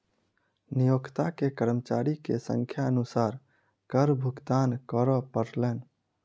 नियोक्ता के कर्मचारी के संख्या अनुसार कर भुगतान करअ पड़लैन